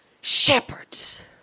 shepherds